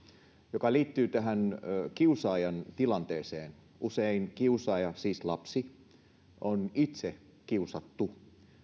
joka liittyy tähän kiusaajan tilanteeseen usein kiusaaja siis lapsi on itse kiusattu